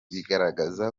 bigaragaza